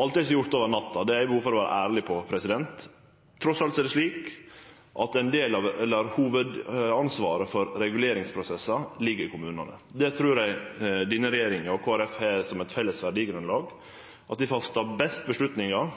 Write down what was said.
Alt er ikkje gjort over natta. Det har eg behov for å vere ærleg på. Trass alt ligg hovudansvaret for reguleringsprosessar i kommunane. Det trur eg denne regjeringa og Kristeleg Folkeparti har som eit felles verdigrunnlag. Ein fattar best avgjerder